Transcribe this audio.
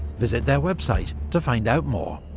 visit their website to find out more.